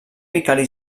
vicari